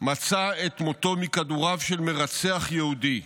מצא את מותו מכדוריו של מרצח יהודי.